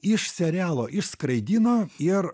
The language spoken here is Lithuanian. iš serialo išskraidino ir